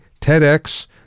TEDx